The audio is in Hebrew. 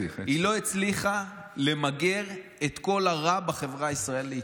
היא לא הצליחה למגר את כל הרע בחברה הישראלית.